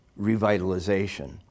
revitalization